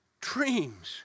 dreams